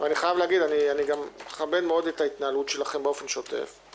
ואני חייב להגיד שאני גם מכבד מאוד את ההתנהלות שלכם באופן שוטף.